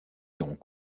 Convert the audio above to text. irons